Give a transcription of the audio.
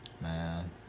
Man